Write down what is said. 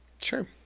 Sure